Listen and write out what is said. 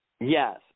Yes